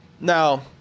Now